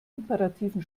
imperativen